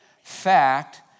Fact